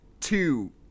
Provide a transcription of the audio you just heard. two